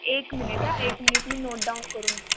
एक मिनिट हा एक मिनिट मी नोट डाऊन करून घेते